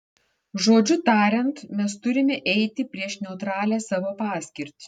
žodžiu tariant mes turime eiti prieš neutralią savo paskirtį